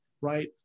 right